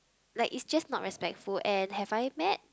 like is just not respectful and have I met